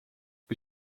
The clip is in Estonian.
kui